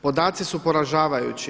Podaci su poražavajući.